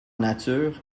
nature